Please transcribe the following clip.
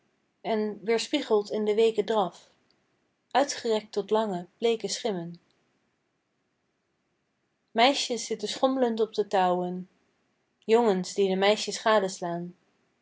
en weerspiegeld in de weeke draf uitgerekt tot lange bleeke schimmen meisjes zitten schomlend op de touwen jongens die de meisjes gadeslaan